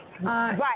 Right